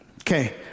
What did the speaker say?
Okay